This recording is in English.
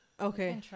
okay